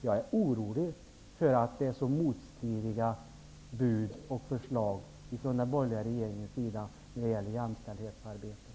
Jag är orolig, eftersom det är så motstridiga bud och förslag från den borgerliga regeringen när det gäller jämställdhetsarbetet.